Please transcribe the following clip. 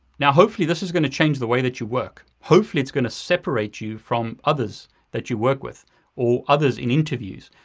now hopefully this is gonna change the way that you work. hopefully it's gonna separate you from others that you work with or others in interviews.